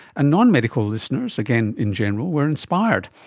and non-medical listeners, again in general, were inspired.